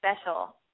special